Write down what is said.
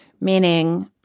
meaning